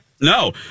no